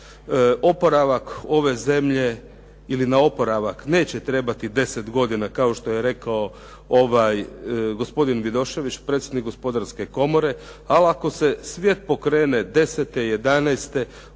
Oporavak ove zemlje ili na oporavak neće trebati 10 godina kao što je rekao gospodin Vidošević predsjednik Gospodarske komore, ali ako se svijet pokrene desete,